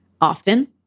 often